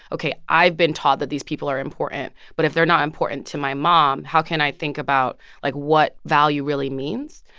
ok, i've been taught that these people are important. but if they're not important to my mom, how can i think about, like, what value really means?